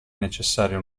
necessario